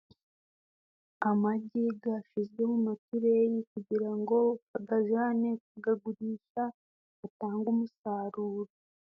Amagi yashyizwe mu matureyi kugira ngo bayajyane kuyagurisha, atange umusaruro.